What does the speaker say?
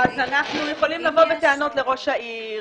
אז אנחנו יכולים לבוא בטענות לראש העיר,